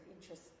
interest